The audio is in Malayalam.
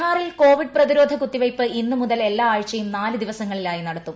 ബീഹാറിൽ കോവിഡ് പ്രത്യിര്യോധ കുത്തിവെയ്പ് ഇന്ന് മുതൽ എല്ലാ ആഴ്ചയും നാല് ദിവസ്മങ്ങ്ളിലായി നടത്തും